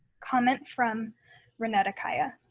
comment from renetta caya.